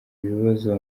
ibibazo